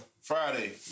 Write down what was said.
Friday